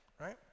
right